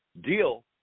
deal